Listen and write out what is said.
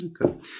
Okay